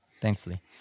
Thankfully